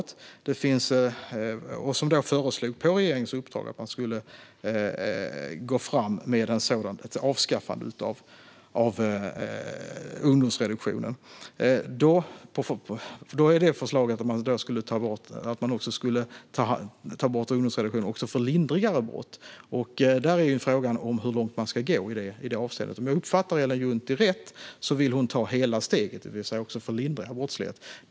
På regeringens uppdrag föreslog utredningen att man ska gå fram med avskaffandet av ungdomsreduktionen. Förslaget är att ta bort ungdomsreduktionen också för lindrigare brott. Frågan är hur långt man ska gå i det avseendet. Om jag uppfattar Ellen Juntti rätt vill hon ta hela steget, det vill säga ta bort reduktionen också för lindrigare brottslighet.